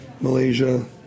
Malaysia